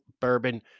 bourbon